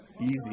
easy